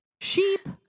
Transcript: Sheep